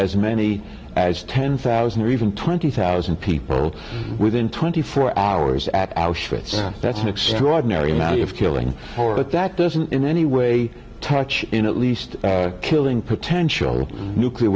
as many as ten thousand or even twenty thousand people within twenty four hours at auschwitz that's an extraordinary amount of killing but that doesn't in any way touch in at least killing potential nuclear